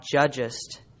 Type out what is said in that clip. judgest